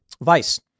Vice